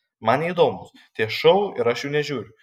man neįdomūs tie šou ir aš jų nežiūriu